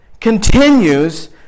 continues